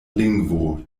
lingvo